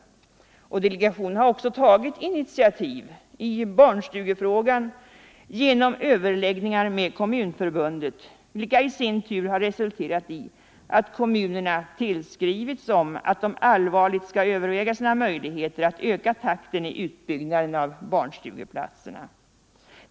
Delegationen 31 har också tagit initiativ i barnstugefrågan genom överläggningar med Kommunförbundet, vilka i sin tur resulterade i att kommunerna tillskrevs om att de allvarligt borde överväga sina möjligheter att öka takten i utbyggnaden av barnstugeplatserna.